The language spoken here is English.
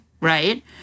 right